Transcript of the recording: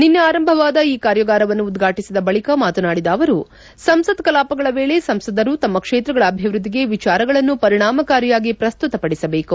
ನಿನ್ನೆ ಆರಂಭವಾದ ಈ ಕಾರ್ಯಾಗಾರವನ್ನು ಉದ್ವಾಟಿಸಿದ ಬಳಿಕ ಮಾತನಾಡಿದ್ದ ಅವರು ಸಂಸತ್ ಕಲಾಪಗಳ ವೇಳೆ ಸಂಸದರು ತಮ್ಮ ಕ್ಷೇತ್ರಗಳ ಅಭಿವೃದ್ದಿಗೆ ವಿಚಾರಗಳನ್ನು ಪರಿಣಾಮಕಾರಿಯಾಗಿ ಪ್ರಸ್ತುತಪಡಿಸಬೇಕು